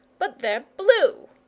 but they're blue.